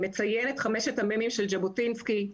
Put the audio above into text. שמציין את חמשת המ"מים של ז'בוטינסקי,